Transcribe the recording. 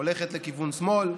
הולכת לכיוון שמאל?